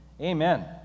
Amen